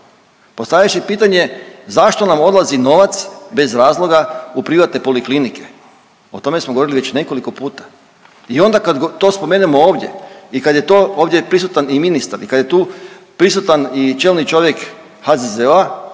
Postavlja se i pitanje zašto nam odlazi novac bez razloga u privatne poliklinike? O tome smo govorili već nekoliko puta i onda kad to spomenemo ovdje i kad je ovdje prisutan ministar i kad je tu prisutan i čelni čovjek HZZO-a